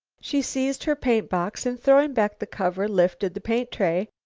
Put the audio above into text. she seized her paint-box, and throwing back the cover lifted the paint-tray.